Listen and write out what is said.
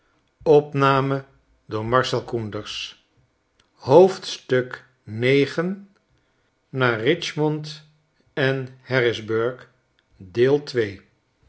naar eichmond en harrisburgh